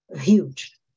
huge